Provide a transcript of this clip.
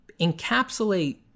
encapsulate